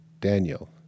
Daniel